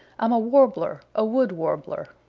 i'm a warbler, a wood warbler.